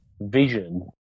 vision